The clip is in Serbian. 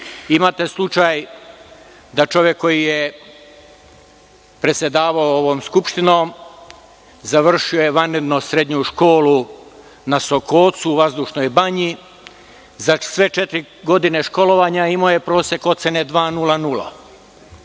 slučaj da čovek koji je predsedavao ovom Skupštinom završio je vanredno srednju školu na Sokolcu, u vazdušnoj banji. Za sve četiri godine školovanja imao je prosek ocene 2,00.